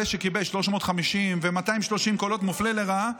זה שקיבל 350 ו-230 קולות מופלה לרעה,